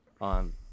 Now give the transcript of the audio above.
on